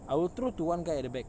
I will throw to one guy at the back